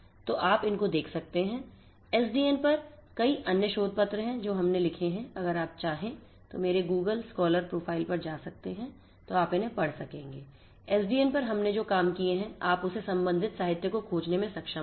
तो आप इन को देख सकते हैं SDN पर कई अन्य शोध पत्र हैं जो हमने लिखे हैं अगर आप चाहें तो मेरे गूगल स्कॉलर प्रोफाइल पर जा सकते हैं तो आप इन्हें पढ़ सकेंगे एसडीएन पर हमने जो काम किए हैं आप उस संबंधित साहित्य को खोजने में सक्षम होंगे